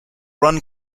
run